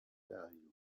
value